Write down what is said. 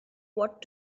what